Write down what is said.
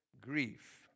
grief